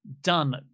done